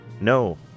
no